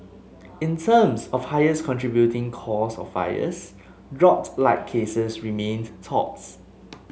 in terms of highest contributing cause of fires dropped light cases remained tops